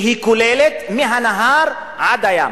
שהיא מהנהר עד הים.